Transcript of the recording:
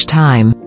time